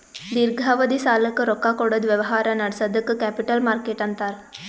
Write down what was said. ದೀರ್ಘಾವಧಿ ಸಾಲಕ್ಕ್ ರೊಕ್ಕಾ ಕೊಡದ್ ವ್ಯವಹಾರ್ ನಡ್ಸದಕ್ಕ್ ಕ್ಯಾಪಿಟಲ್ ಮಾರ್ಕೆಟ್ ಅಂತಾರ್